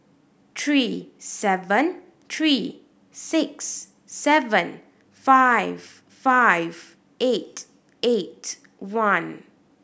three seven three six seven five five eight eight one